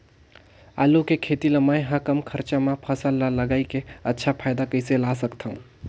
आलू के खेती ला मै ह कम खरचा मा फसल ला लगई के अच्छा फायदा कइसे ला सकथव?